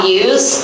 use